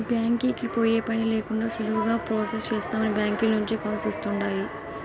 బ్యాంకీకి పోయే పనే లేకండా సులువుగా ప్రొసెస్ చేస్తామని బ్యాంకీల నుంచే కాల్స్ వస్తుండాయ్